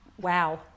wow